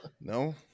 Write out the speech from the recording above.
No